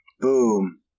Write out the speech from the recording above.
Boom